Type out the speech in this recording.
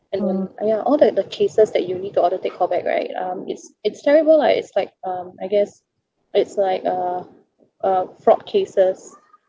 and when ya all that the cases that you'll need to order take callback right um it's it's terrible [Iah] it's like um I guess it's like uh uh fraud cases